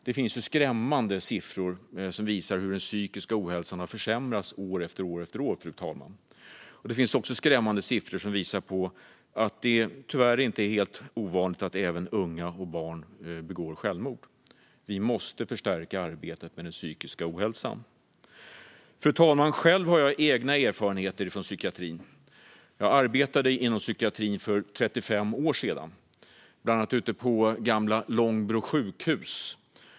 Det finns skrämmande siffror som visar hur den psykiska hälsan har försämrats år efter år, fru talman. Det finns också skrämmande siffror som visar att det tyvärr inte är helt ovanligt att även unga och barn begår självmord. Vi måste förstärka arbetet med den psykiska ohälsan. Fru talman! Själv har jag egna erfarenheter från psykiatrin. Jag arbetade inom psykiatrin för 35 år sedan, bland annat ute på gamla Långbro sjukhus.